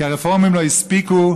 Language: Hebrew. כי הרפורמים לא הספיקו,